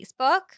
Facebook